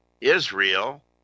Israel